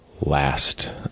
last